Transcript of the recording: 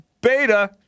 Beta